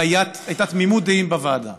אבל הייתה תמימות דעים בוועדה